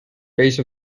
base